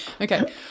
Okay